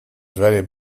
very